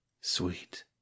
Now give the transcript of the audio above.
sweet